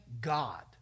God